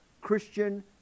Christian